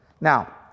Now